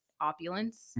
opulence